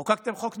חוקקתם חוק נורבגי.